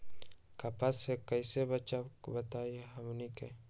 कपस से कईसे बचब बताई हमनी के?